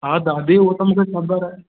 हा दादी उहो त मूंखे ख़बर आहे